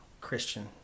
Christian